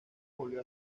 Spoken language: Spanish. volvió